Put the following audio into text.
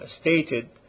stated